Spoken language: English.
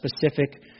specific